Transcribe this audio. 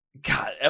God